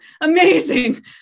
amazing